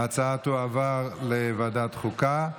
ההצעה תועבר לוועדת חוקה.